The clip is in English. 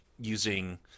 Using